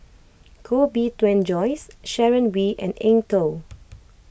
Koh Bee Tuan Joyce Sharon Wee and Eng Tow